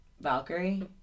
Valkyrie